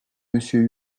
monsieur